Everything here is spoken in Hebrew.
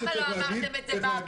אז למה לא אמרתם את זה בהפגנה?